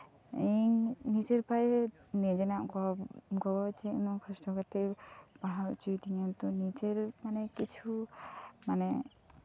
ᱤᱧ ᱡᱮᱱᱚ ᱱᱤᱡᱮᱨ ᱯᱟᱭᱮ ᱜᱚ ᱡᱮᱱᱚ ᱩᱱᱟᱹᱜ ᱠᱚᱥᱴᱚ ᱠᱟᱛᱮᱫ ᱯᱟᱲᱦᱟᱣ ᱦᱚᱪᱚᱭᱮ ᱫᱤᱧᱟ ᱱᱤᱡᱮᱨ ᱠᱤᱪᱷᱩ ᱢᱟᱱᱮ